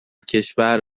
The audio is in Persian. کشور